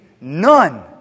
none